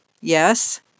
Yes